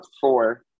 four